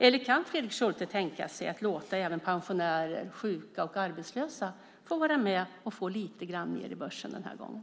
Eller kan Fredrik Schulte tänka sig att låta även pensionärer, sjuka och arbetslösa få vara med och få lite mer i börsen den här gången?